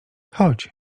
chodź